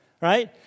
right